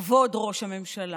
כבוד ראש הממשלה?